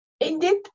Indeed